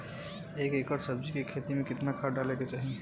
एक एकड़ सब्जी के खेती में कितना खाद डाले के चाही?